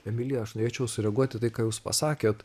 emilija aš norėčiau sureaguotį tai ką jūs pasakėt